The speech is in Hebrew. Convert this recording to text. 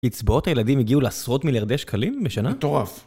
אצבעות הילדים הגיעו לעשרות מיליארדי שקלים בשנה? זה טורף.